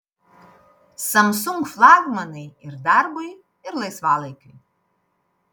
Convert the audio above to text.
samsung flagmanai ir darbui ir laisvalaikiui